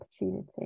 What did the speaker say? opportunity